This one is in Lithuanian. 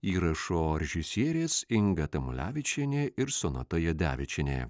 įrašo režisierės inga tamulevičienė ir sonata jadevičienė